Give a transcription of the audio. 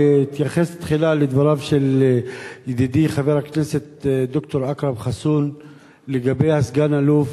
אתייחס תחילה לדבריו של ידידי חבר הכנסת ד"ר אכרם חסון לגבי סגן-אלוף